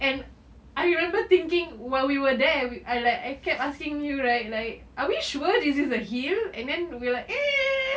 and I remember thinking while we were there I like I kept asking you right like are we sure this is the hill and then we were like eh